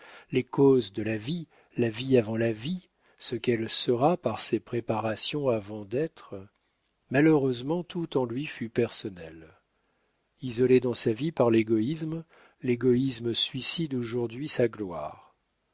les causes de la vie la vie avant la vie ce qu'elle sera par ses préparations avant d'être malheureusement tout en lui fut personnel isolé dans sa vie par l'égoïsme l'égoïsme suicide aujourd'hui sa gloire